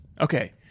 Okay